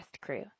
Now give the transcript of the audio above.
crew